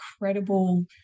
incredible